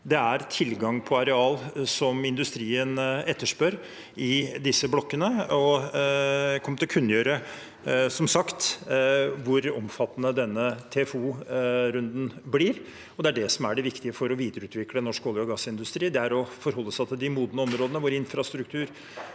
Det er tilgang på arealer som industrien etterspør, i disse blokkene. Vi kommer som sagt til å kunngjøre hvor omfattende denne TFO-runden blir. Det er det som er det viktige for å videreutvikle norsk olje- og gassindustri: å forholde seg til de modne områdene, hvor infrastruktur